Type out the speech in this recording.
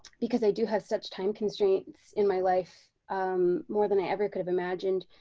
because i do have such time constraints in my life more than i ever could have imagined,